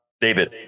David